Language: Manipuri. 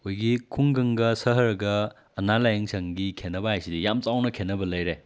ꯑꯩꯈꯣꯏꯒꯤ ꯈꯨꯡꯒꯪꯒ ꯁꯍꯔꯒ ꯑꯅꯥ ꯂꯥꯏꯌꯦꯡ ꯁꯪꯒꯤ ꯈꯦꯠꯅꯕ ꯍꯥꯏꯁꯤꯗ ꯌꯥꯝ ꯆꯥꯎꯅ ꯈꯦꯠꯅꯕ ꯂꯩꯔꯦ